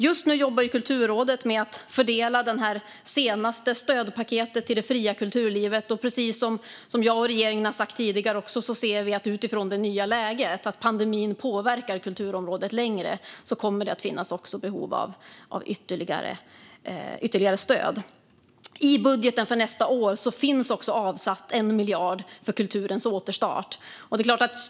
Just nu jobbar Kulturrådet med att fördela det senaste stödpaketet till det fria kulturlivet. Precis som jag och regeringen har sagt tidigare anser vi, utifrån det nya läget, att om pandemin påverkar kulturområdet under en längre tid kommer det att finnas behov av ytterligare stöd. I budgeten för nästa år finns också 1 miljard avsatt för kulturens återstart.